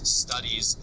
studies